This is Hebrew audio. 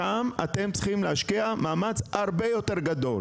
שם אתם צריכים להשקיע מאמץ הרבה יותר גדול.